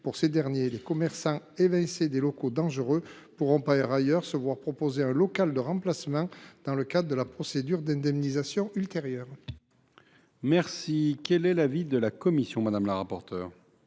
d’utiliser. Les commerçants évincés des locaux dangereux pourront par ailleurs se voir proposer un local de remplacement dans le cadre de la procédure d’indemnisation ultérieure. Quel est l’avis de la commission ? Pour rappel,